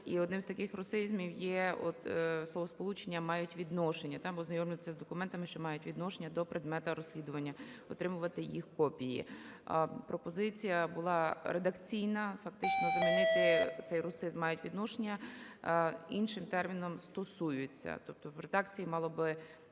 І одним з таких русизмів є от словосполучення "мають відношення". Там: "Ознайомлюватися з документами, що мають відношення до предмета розслідування, отримувати їх копії". Пропозиція була редакційна: фактично замінити цей русизм "мають відношення" іншим терміном "стосуються". Тобто в редакції мало би